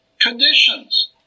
conditions